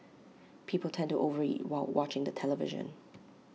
people tend to over eat while watching the television